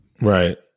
right